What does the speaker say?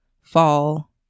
fall